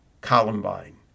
Columbine